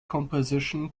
composition